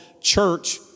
church